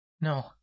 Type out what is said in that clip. No